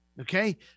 Okay